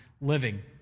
living